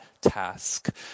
task